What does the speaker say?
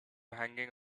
hanging